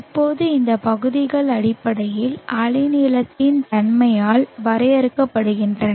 இப்போது இந்த பகுதிகள் அடிப்படையில் அலைநீளத்தின் தன்மையால் வரையறுக்கப்படுகின்றன